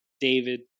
David